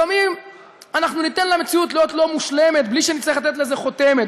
לפעמים אנחנו ניתן למציאות להיות לא מושלמת בלי שנצטרך לתת לזה חותמת,